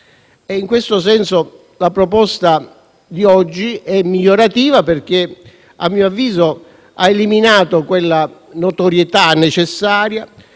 In questo senso la proposta di oggi è migliorativa perché a mio avviso ha eliminato quella notorietà necessaria: